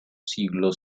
siglos